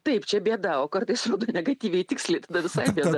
taip čia bėda o kartais rodo negatyviai tiksliai tada visai bėda